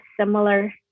similar